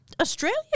Australia